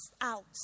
out